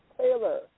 Taylor